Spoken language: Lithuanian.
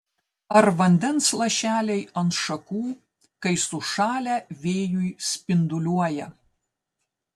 ar vandens lašeliai ant šakų kai sušalę vėjuj spinduliuoja